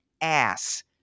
ass